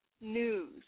news